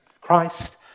Christ